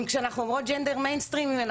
אם כשאנחנו אומרות ג'נדר מיינסטרים אנחנו